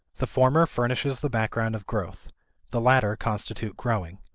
the former furnishes the background of growth the latter constitute growing.